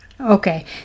Okay